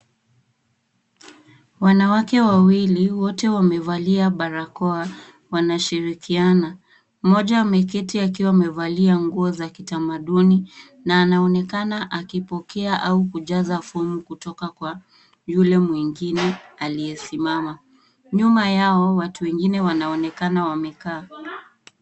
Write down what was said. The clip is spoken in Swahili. Wanawake wawili, wote wamevalia barakoa, wanashirikiana. Mmoja ameketi akiwa amevalia nguo za kitamaduni na anaonekana akipokea au kujaza fomu kutoka kwa yule mwingine aliyesimama. Nyuma yao, watu wengine wanaonekana wamekaa.